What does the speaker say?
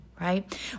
right